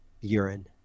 urine